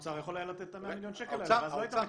האוצר היה יכול לתת את ה-100 מיליון שקל האלה ואז לא היית מקצץ,